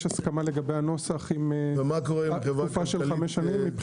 הסכמה לגבי הנוסח עם התקופה של חמש שנים.